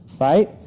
right